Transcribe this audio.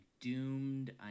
doomed